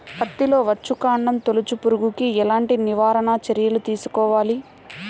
పత్తిలో వచ్చుకాండం తొలుచు పురుగుకి ఎలాంటి నివారణ చర్యలు తీసుకోవాలి?